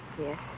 Yes